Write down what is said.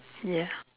ya